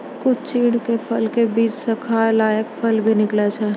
कुछ चीड़ के फल के बीच स खाय लायक फल भी निकलै छै